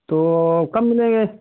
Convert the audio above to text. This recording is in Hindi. तो कब मिलेंगे